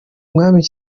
umwami